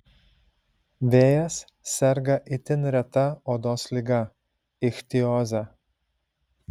vėjas serga itin reta odos liga ichtioze